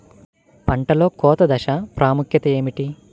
పంటలో కోత దశ ప్రాముఖ్యత ఏమిటి?